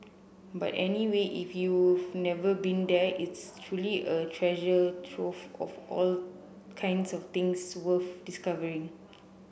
but anyway if you've never been there it's truly a treasure trove of all kinds of things worth discovering